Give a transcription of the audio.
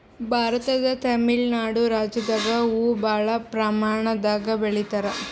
ಭಾರತದ್ ತಮಿಳ್ ನಾಡ್ ರಾಜ್ಯದಾಗ್ ಹೂವಾ ಭಾಳ್ ಪ್ರಮಾಣದಾಗ್ ಬೆಳಿತಾರ್